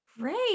Great